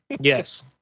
Yes